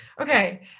okay